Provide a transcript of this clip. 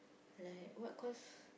like what course